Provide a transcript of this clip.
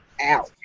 Ow